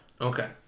Okay